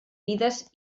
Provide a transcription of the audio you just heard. vides